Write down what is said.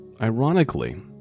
Ironically